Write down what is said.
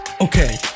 okay